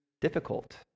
difficult